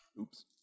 Oops